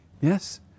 Yes